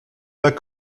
pas